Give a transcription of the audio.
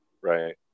Right